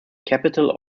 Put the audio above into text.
capital